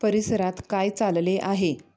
परिसरात काय चालले आहे